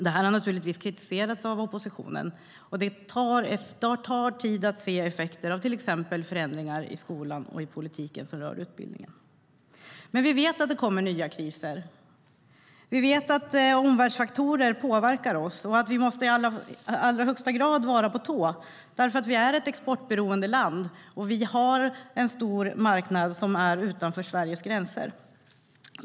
Det här har naturligtvis kritiserats av oppositionen, och det tar tid att se effekter av till exempel förändringar i skolan och i politiken som rör utbildning. Vi vet att det kommer nya kriser. Vi vet att omvärldsfaktorer påverkar oss och att vi i allra högsta grad måste vara på tå. Sverige är ett exportberoende land, och en stor del av marknaden är utanför Sveriges gränser.